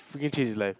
freaking change his life